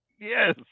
yes